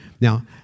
Now